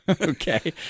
Okay